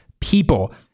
people